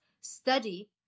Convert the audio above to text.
study